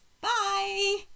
Bye